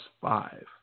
five